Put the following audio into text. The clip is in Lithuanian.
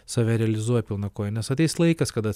save realizuoji pilna koja nes ateis laikas kada